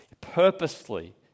purposely